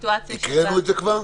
הקראנו את זה כבר?